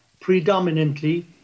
predominantly